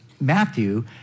Matthew